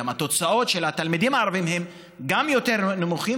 התוצאות של התלמידים הערבים הן יותר נמוכות,